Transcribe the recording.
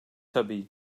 tabii